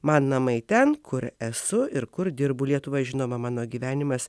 man namai ten kur esu ir kur dirbu lietuva žinoma mano gyvenimas